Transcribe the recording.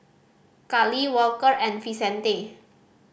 Kallie Walker and Vicente